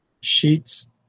sheets